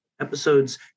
episodes